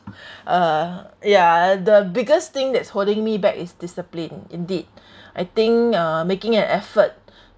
uh yeah the biggest thing that's holding me back is discipline indeed I think uh making an effort